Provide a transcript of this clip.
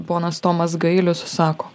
ponas tomas gailius sako